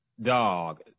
Dog